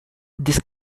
this